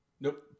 Nope